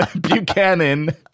buchanan